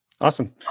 Awesome